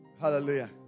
Hallelujah